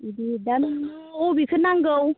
बिदि दा नोंनो अबेखो नांगौ